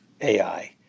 AI